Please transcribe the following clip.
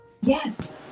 Yes